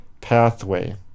pathway